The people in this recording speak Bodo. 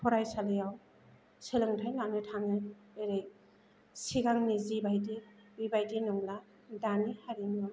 फरायालियाव सोलोंथाय लानो थाङो जेरै सिगांनि जि बायदि बेबायदि नंला दानि हारिमु